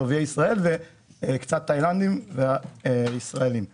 ערביי ישראל וקצת תאילנדים ויהודים ישראלים.